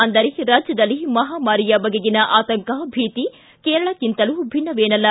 ಅಂದರೆ ರಾಜ್ಯದಲ್ಲಿ ಮಹಾಮಾರಿಯ ಬಗೆಗಿನ ಆತಂಕ ಭೀತಿ ಕೇರಳಕ್ಕಿಂತಲೂ ಭಿನ್ನವೇನಲ್ಲ